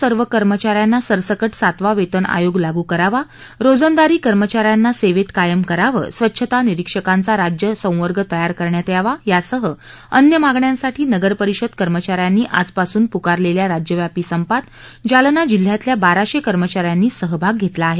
नगरपालिकेच्या सर्व कर्मचाऱ्यांना सरसकट सातवा वेतन आयोग लागू करावा रोजंदारी कर्मचाऱ्यांना सेवेत कायम करावं स्वच्छता निरीक्षकांचा राज्य संवर्ग तयार करण्यात यावा यासह अन्य मागण्यासांठी नगरपरिषद कर्मचाऱ्यांनी आजपासून पुकारलेल्या राज्यव्यापी संपात जालना जिल्ह्यातल्या बाराशे कर्मचाऱ्यांनी सहभाग घेतला आहे